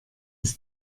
das